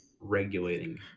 regulating